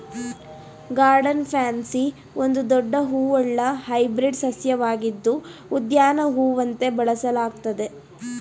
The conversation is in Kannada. ಗಾರ್ಡನ್ ಪ್ಯಾನ್ಸಿ ಒಂದು ದೊಡ್ಡ ಹೂವುಳ್ಳ ಹೈಬ್ರಿಡ್ ಸಸ್ಯವಾಗಿದ್ದು ಉದ್ಯಾನ ಹೂವಂತೆ ಬೆಳೆಸಲಾಗ್ತದೆ